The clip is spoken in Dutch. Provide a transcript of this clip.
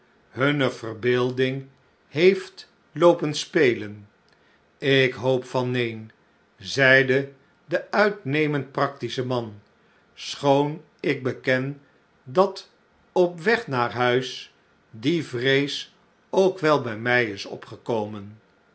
hunne verbeelding heeft loopen spelen ik hoop van neen zeide de uitnemend practische man schoon ik beken dat op weg naar huis die vrees ook wel bij mij is opgekonien